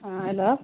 ہاں ہیلو